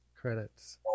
credits